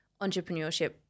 entrepreneurship